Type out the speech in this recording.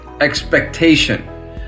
expectation